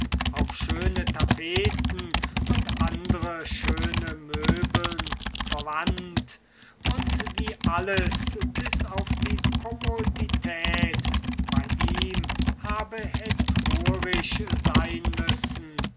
auf schöne tapeten und andre schöne meublen verwandt und wie alles bis auf die commodidät bei ihm habe hetrurisch sein müssen